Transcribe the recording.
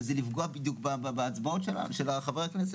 זה לפגוע בהצבעות של חברי הכנסת.